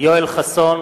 יואל חסון,